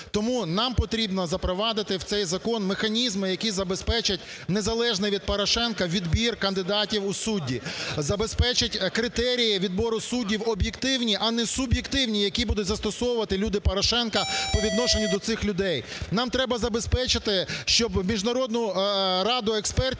Тому нам потрібно запровадити в цей закон механізми, які забезпечать незалежний від Порошенка відбір кандидатів у судді. Забезпечить критерії відбору суддів об'єктивні, а не суб'єктивні, які будуть застосовувати люди Порошенка по відношенню до цих людей. Нам треба забезпечити, щоб в Міжнародну раду експертів